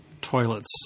toilets